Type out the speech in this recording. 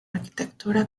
arquitectura